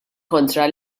kontra